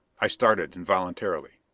i started involuntarily.